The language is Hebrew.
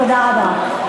תודה רבה.